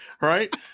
right